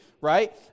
right